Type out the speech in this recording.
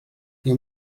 you